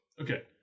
Okay